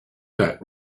that